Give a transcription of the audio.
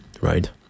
right